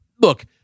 look